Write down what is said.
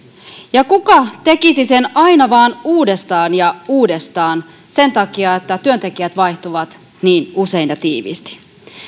ja kuka tekisi sen aina vain uudestaan ja uudestaan sen takia että työntekijät vaihtuvat niin usein ja tiiviisti